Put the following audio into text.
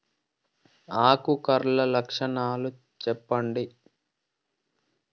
ఆకు కర్ల లక్షణాలు సెప్పండి